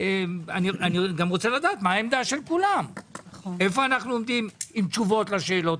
אני גם רוצה לדעת מה העמדה של כולם והיכן אנחנו עומדים עם תשובות לשאלות